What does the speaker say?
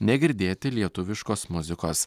negirdėti lietuviškos muzikos